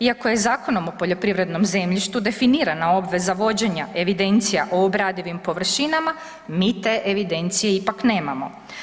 Iako je Zakonom o poljoprivrednom zemljištu definirana obveza vođenja evidencija o obradivim površinama, mi te evidencije ipak nemamo.